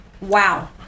Wow